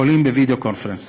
חולים בווידיאו קונפרנס.